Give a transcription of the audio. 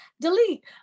Delete